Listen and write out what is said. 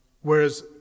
Whereas